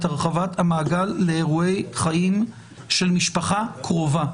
את הרחבת המעגל לאירועי חיים של משפחה קרובה.